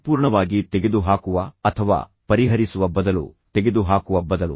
ಸಂಪೂರ್ಣವಾಗಿ ತೆಗೆದುಹಾಕುವ ಅಥವಾ ಪರಿಹರಿಸುವ ಬದಲು ತೆಗೆದುಹಾಕುವ ಬದಲು